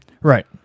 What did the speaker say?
Right